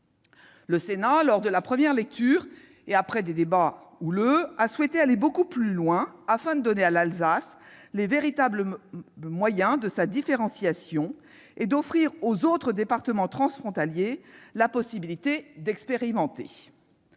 routier. Lors de la première lecture, le Sénat, après des débats houleux, avait souhaité aller beaucoup plus loin afin de donner à l'Alsace les véritables moyens de sa différenciation et d'offrir aux autres départements frontaliers la possibilité d'expérimenter.